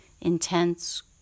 intense